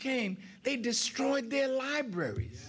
came they destroyed their libraries